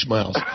Miles